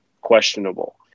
questionable